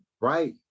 right